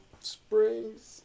Springs